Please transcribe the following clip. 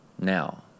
now